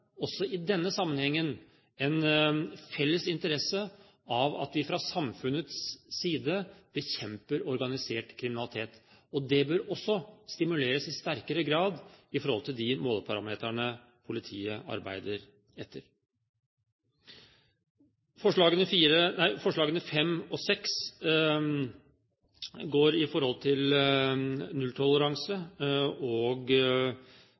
også i denne sammenhengen, en felles interesse av at vi fra samfunnets side bekjemper organisert kriminalitet. Det bør også stimuleres i sterkere grad i forhold til de måleparametrene politiet arbeider etter. Forslagene nr. 5 og 6 går på nulltoleranse og redusert saksbehandlingstid i domstolene. Også det er forslag Høyre støtter, og